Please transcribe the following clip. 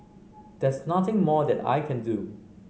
there's nothing more that I can do